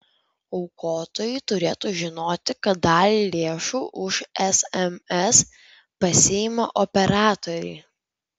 aukotojai turėtų žinoti kad dalį lėšų už sms pasiima operatoriai